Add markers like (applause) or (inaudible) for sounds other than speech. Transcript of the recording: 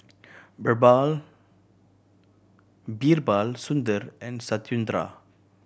Birbal (unintelligible) Sundar and Satyendra